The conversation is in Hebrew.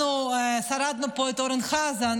אנחנו שרדנו פה את אורן חזן,